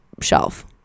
shelf